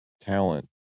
talent